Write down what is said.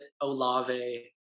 Olave